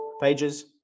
pages